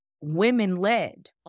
women-led